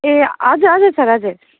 ए हजुर हजुर सर हजुर